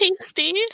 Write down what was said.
tasty